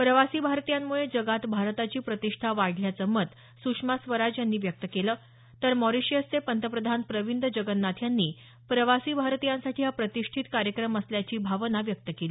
प्रवासी भारतीयांमुळे जगात भारताची प्रतिष्ठा वाढल्याचं मत सुषमा स्वराज यांनी व्यक्त केलं तर मॉरिशस पंतप्रधान प्रविंद जगन्नाथ यांनी प्रवासी भारतीयांसाठी हा प्रतिष्ठीत कार्यक्रम असल्याची भावना व्यक्त केली